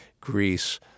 Greece